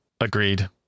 Agreed